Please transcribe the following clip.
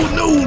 no